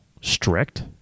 strict